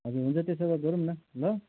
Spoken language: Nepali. हजुर हुन्छ त्यसो भए गरौँ न ल